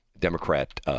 Democrat